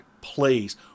please